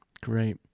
great